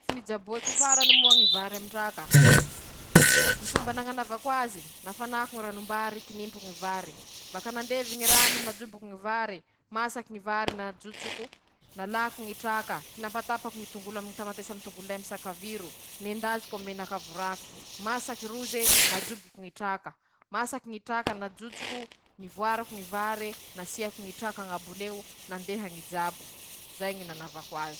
Ñy sakafo nijaboako farany moa ñy vary amin- traka, ñy fomba nañanavako azy :-Nafanako ñy ranom- bary ;tinimpoko ñy vary, baka nandevy ñy rano nanjoboko ñy vary; masaky ñy vary najotsoko.-Nalako ñy traka: tinampatampako ñy tongolo aminy ñy tamatesy aminy ñy tongololay aminy ñy sakaviro, nendaziko aminy ñy menaky avoraky ;masaky rozy ee najoboko ñy traka ;masaky ñy traka najotsoko.-Nivoariko ñy vary, nasiako ñy traka agnaboneo ;nandeha ñy jabo, zay ñy nanavako azy.